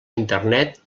internet